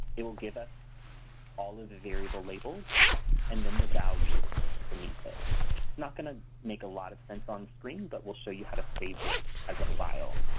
it will give us all of the variable labels and then the values beneath it. it's not going to make a lot of sense on screen but we'll show you how to save this as a file.